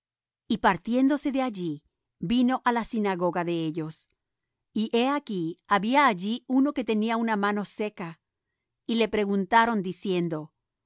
y partiéndose de allí vino á la sinagoga de ellos y he aquí había allí uno que tenía una mano seca y le preguntaron diciendo